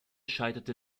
scheiterte